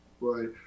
Right